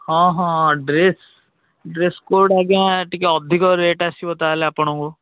ହଁ ହଁ dress dress code ଆଜ୍ଞା ଟିକେ ଅଧିକ ରେଟ୍ ଆସିବ ତା'ହେଲେ ଆପଣଙ୍କୁ